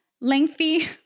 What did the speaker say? lengthy